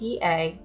PA